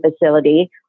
facility